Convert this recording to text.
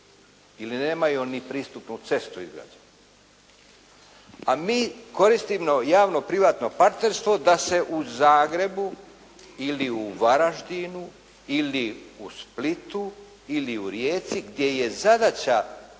ili nemaju ni pristupnu cestu izgrađenu. A mi koristimo javno-privatno partnerstvo da se u Zagrebu ili u Varaždinu ili u Splitu ili u Rijeci gdje je zadaća